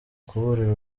kuburira